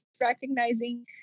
recognizing